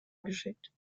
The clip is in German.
geschickt